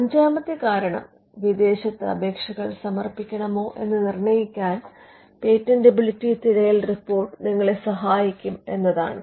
അഞ്ചാമത്തെ കാരണം വിദേശത്ത് അപേക്ഷകൾ സമർപ്പിക്കണമോ എന്ന് നിർണ്ണയിക്കാൻ പേറ്റന്റബിലിറ്റി തിരയൽ റിപ്പോർട്ട് നിങ്ങളെ സഹായിക്കും എന്നതാണ്